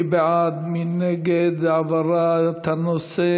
מי בעד ומי נגד העברת הנושא